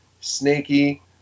Snaky